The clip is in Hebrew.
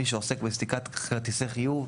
מי שעוסק בסליקת כרטיסי חיוב,